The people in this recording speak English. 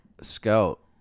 Scout